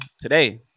today